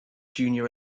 junior